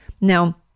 Now